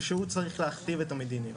ושהוא צריך להכתיב את המדיניות.